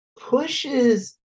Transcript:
pushes